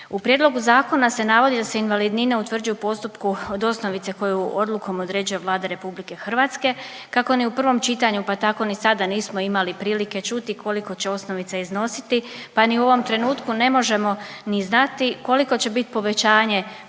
U prijedlogu zakona se navodi da se invalidnina utvrđuje u postupku od osnovice koju odlukom određuje Vlada RH. Kako ni u prvom čitanju pa tako ni sada nismo imali prilike čuti koliko će osnovica iznositi, pa ni u ovom trenutku ne možemo ni znati koliko će bit povećanje